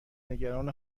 نگران